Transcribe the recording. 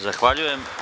Zahvaljujem.